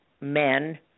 men